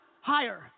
higher